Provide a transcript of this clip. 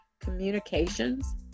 communications